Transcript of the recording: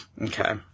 Okay